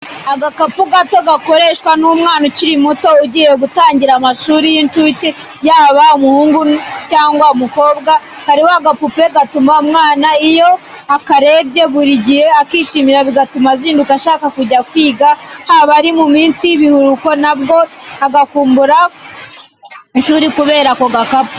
Agakapu gato gakoreshwa n'umwana ukiri muto ugiye gutangira amashuri y'incuke yaba umuhungu cyangwa umukobwa, kariho agapupe gatuma umwana iyo akarebye buri gihe akishimira bigatuma azinduka ashaka kujya kwiga haba ari mu minsi y'ikiruhuko nabwo agakumbura ishuri kubera ako gakapu.